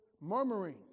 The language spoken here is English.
murmuring